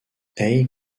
hayes